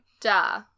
Duh